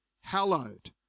Hallowed